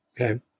Okay